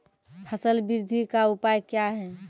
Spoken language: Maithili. फसल बृद्धि का उपाय क्या हैं?